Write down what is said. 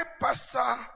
pastor